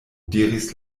diris